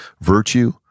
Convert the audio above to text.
Virtue